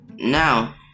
Now